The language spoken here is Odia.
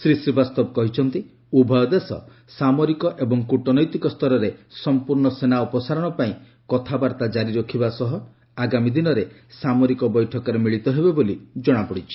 ଶ୍ରୀ ଶ୍ରୀବାସ୍ତବ କହିଛନ୍ତି ଉଭୟ ଦେଶ ସାମରିକ ଏବଂ କୃଟନୈତିକ ସ୍ତରରେ ସମ୍ପୂର୍ଣ୍ଣ ସେନା ଅପସାରଣ ପାଇଁ କଥାବାର୍ତ୍ତା ଜାରି ରଖିବା ସହ ଆଗାମୀ ଦିନରେ ସାମରିକ ବୈଠକରେ ମିଳିତ ହେବେ ବୋଲି ଜଣାପଡ଼ିଛି